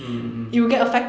mm mm mm